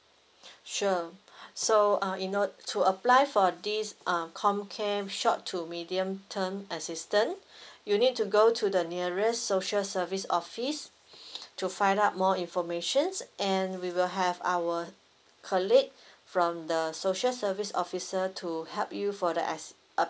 sure so uh in order to apply for this uh homecare short to medium term assistant you need to go to the nearest social service office to find out more informations and we will have our her colleague from the social service officer to help you for the as